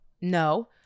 No